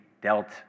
dealt